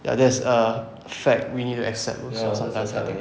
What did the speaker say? like that's a fact we need to accept also sometimes